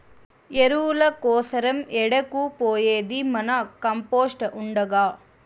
ఎరువుల కోసరం ఏడకు పోయేది మన కంపోస్ట్ ఉండగా